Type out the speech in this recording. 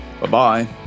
Bye-bye